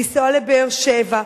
לנסוע לבאר-שבע,